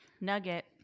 Nugget